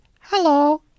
Hello